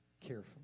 carefully